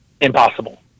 impossible